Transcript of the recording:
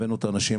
הבאנו את האנשים.